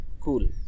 Cool